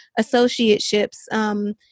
associateships